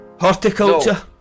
Horticulture